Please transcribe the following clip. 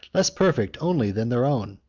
less perfect only than their own.